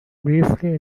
briefly